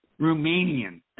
Romanian